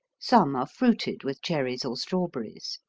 some are fruited with cherries or strawberries.